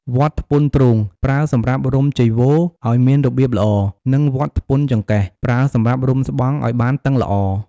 វត្ថពន្ធទ្រូងប្រើសម្រាប់រុំចីវរឲ្យមានរបៀបល្អ និង វត្ថពន្ធចង្កេះ ប្រើសម្រាប់រុំស្បង់ឲ្យបានតឹងល្អ។